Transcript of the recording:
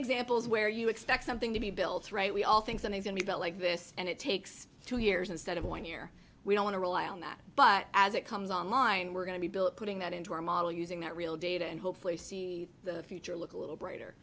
examples where you expect something to be built right we all think something's going to be like this and it takes two years instead of one year we don't want to rely on that but as it comes online we're going to be built putting that into our model using that real data and hopefully see the future look a little brighter